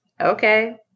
Okay